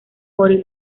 morir